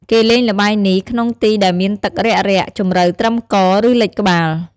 គេលេងល្បែងនេះ ក្នុងទីដែលមានទឹករាក់ៗ ជម្រៅត្រឹមក ឬលិចក្បាល ។